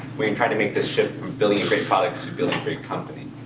when you're trying to make this shift from building great products to building great companies.